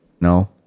No